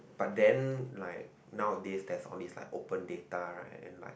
but then like nowadays there's only like open data right am I